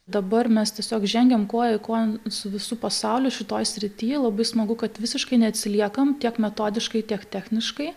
dabar mes tiesiog žengiame koja kojon su visu pasauliu šitoj srity labai smagu kad visiškai neatsiliekam tiek metodiškai tiek techniškai